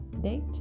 date